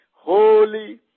holy